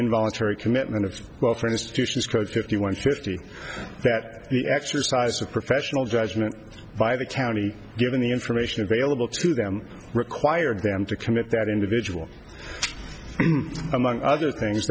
involuntary commitment of welfare institutions fifty one fifty that the exercise of professional judgment by the county given the information available to them required them to commit that individual among other things